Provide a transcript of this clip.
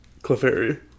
Clefairy